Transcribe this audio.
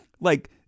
Like-